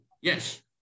Yes